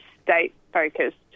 state-focused